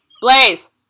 Blaze